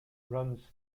runs